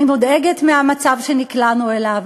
אני מודאגת מהמצב שנקלענו אליו.